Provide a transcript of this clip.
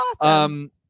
Awesome